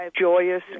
joyous